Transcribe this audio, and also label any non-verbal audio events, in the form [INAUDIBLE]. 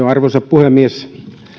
[UNINTELLIGIBLE] arvoisa puhemies